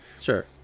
sure